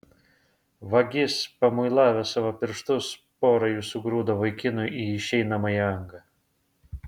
vagis pamuilavęs savo pirštus pora jų sugrūdo vaikinui į išeinamąją angą